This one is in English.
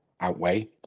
outweigh